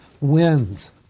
wins